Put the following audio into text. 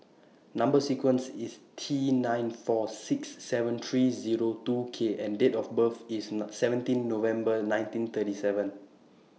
Number sequence IS T nine four six seven three Zero two K and Date of birth IS seventeen November nineteen thirty seven